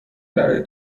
برای